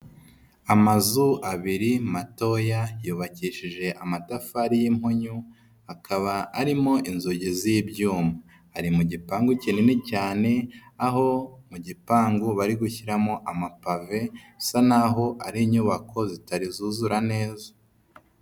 Amazu abiri matoya yubakishije amatafari y'impunyu, akaba arimo inzugi z'ibyuma, ari mu gipangu kinini cyane aho mu gipangu bari gushyiramo amapave, bisa naho ari inyubako zitari zuzura neza.